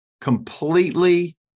completely